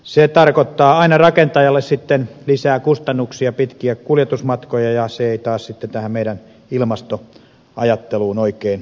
se tarkoittaa aina rakentajalle lisää kustannuksia pitkiä kuljetusmatkoja ja se ei sitten taas tähän meidän ilmastoajatteluun oikein sovi